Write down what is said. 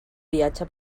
viatge